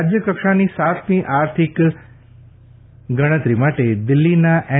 રાજ્યકક્ષાની સાતમી આર્થિક ગણતરી માટે દિલ્હીના એન